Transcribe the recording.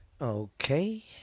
Okay